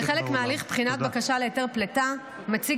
כחלק מהליך בחינת בקשה להיתר פליטה מציג